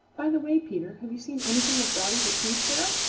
by the way, peter, have you seen anything of dotty the tree sparrow?